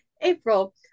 april